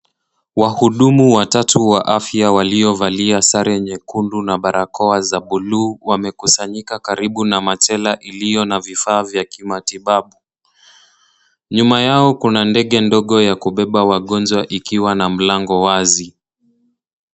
Wahudumu watatu wa afya waliovalia sare nyekundu na barakoa za bluu wamekusanyika karibu na machela iliyo na vifaa vya kimatibabu. Nyuma yao kuna ndege ndogo ya kubeba wagonjwa ikiwa na mlango wazi.